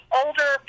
older